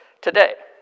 today